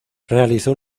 realizó